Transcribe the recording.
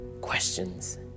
questions